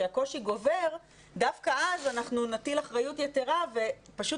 כשהקושי גובר דווקא אז אנחנו נטיל אחריות יתרה ופשוט